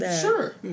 Sure